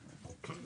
הפה.